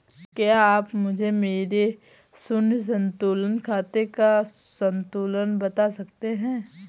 क्या आप मुझे मेरे शून्य संतुलन खाते का संतुलन बता सकते हैं?